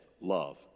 Love